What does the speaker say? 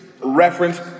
reference